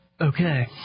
Okay